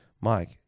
Mike